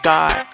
God